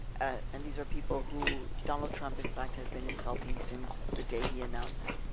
and these are people who donald trump, in fact, has been insulting since the day he announced.